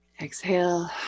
Exhale